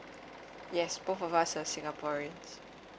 yes both of us are singaporeans